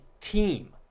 team